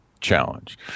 challenge